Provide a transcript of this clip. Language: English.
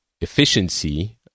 efficiency